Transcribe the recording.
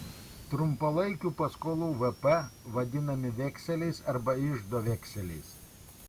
trumpalaikių paskolų vp vadinami vekseliais arba iždo vekseliais